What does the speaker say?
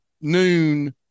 noon